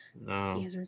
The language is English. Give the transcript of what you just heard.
no